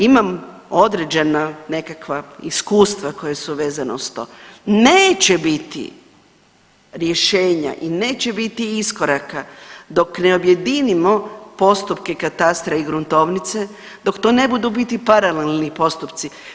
Imam određena nekakva iskustva koja su vezana uz to, neće biti rješenja i neće biti iskoraka dok ne objedinimo postupka katastra i gruntovnice dok to ne budu u biti paralelni postupci.